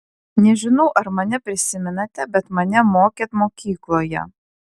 nežinau ar mane prisimenate bet mane mokėt mokykloje